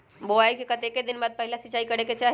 बोआई के कतेक दिन बाद पहिला सिंचाई करे के चाही?